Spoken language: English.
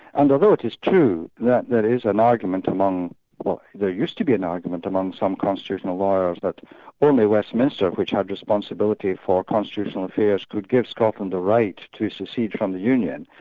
and although it is true that there is an argument among well there used to be an argument among some constitutional lawyers that only westminster, which had responsibility for constitutional affairs could give scotland the right to secede from the union,